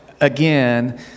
again